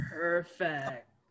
Perfect